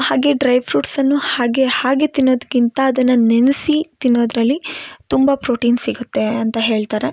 ಹಾಗೆ ಡ್ರೈ ಫ್ರೂಟ್ಸನ್ನು ಹಾಗೆ ಹಾಗೆ ತಿನ್ನೋದ್ಕಿಂತ ಅದನ್ನ ನೆನ್ಸೀ ತಿನ್ನೋದರಲ್ಲಿ ತುಂಬ ಪ್ರೋಟಿನ್ ಸಿಗುತ್ತೆ ಅಂತ ಹೇಳ್ತಾರೆ